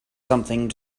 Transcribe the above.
something